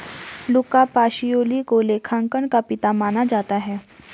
लुका Pacioli को लेखांकन का पिता माना जाता है